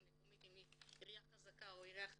המקומית אם היא עירייה חזקה או חלשה